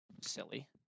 silly